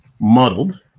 muddled